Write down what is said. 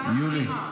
יוליה,